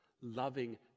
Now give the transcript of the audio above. loving